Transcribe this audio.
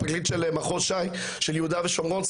הפרקליט של יהודה ושומרון,